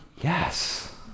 Yes